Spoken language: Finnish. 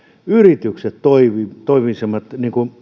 yritykset toimisivat